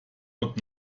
und